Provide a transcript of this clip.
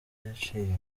yaciye